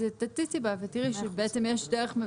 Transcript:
אז תציצי בה ותראי שיש דרך,